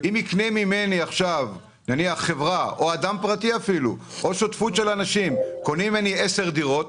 אם חברה או אדם פרטי או שותפות של אנשים יקנו ממני 10 דירות,